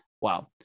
wow